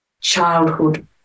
childhood